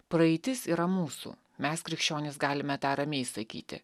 praeitis yra mūsų mes krikščionys galime tą ramiai sakyti